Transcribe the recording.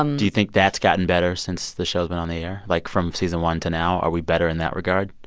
um do you think that's gotten better since the show's been on the air? like from season one to now, are we better in that regard?